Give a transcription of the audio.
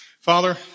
Father